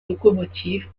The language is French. locomotive